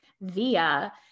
via